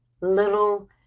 little